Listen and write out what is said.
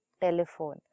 telephone